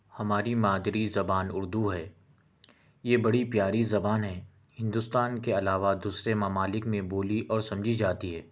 ہماری مادری زبان اردو ہے یہ بڑی پیاری زبان ہے ہندوستان کے علاوہ دوسرے ممالک میں بولی اور سمجھی جاتی ہے